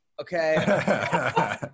Okay